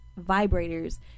vibrators